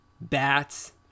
bats